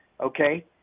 Okay